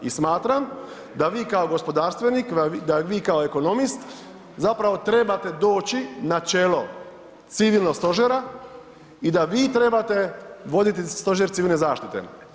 I smatram da vi kao gospodarstvenik, da vi kao ekonomist zapravo trebate doći na čelo civilnog stožera i da vi trebate voditi stožer civilne zaštite.